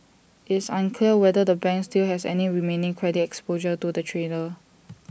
it's unclear whether the bank still has any remaining credit exposure to the trader